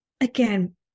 Again